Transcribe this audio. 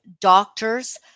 doctors